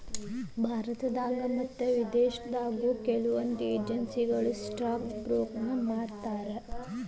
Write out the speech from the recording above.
ಭಾರತದಾಗ ಮತ್ತ ವಿದೇಶದಾಗು ಕೆಲವೊಂದ್ ಏಜೆನ್ಸಿಗಳು ಸ್ಟಾಕ್ ಬ್ರೋಕರ್ನ ನೇಮಕಾ ಮಾಡ್ಕೋತಾರ